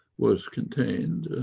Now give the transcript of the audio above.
was contained,